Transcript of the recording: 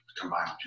combined